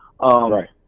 Right